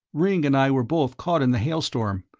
ringg and i were both caught in the hailstorm.